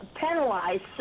penalized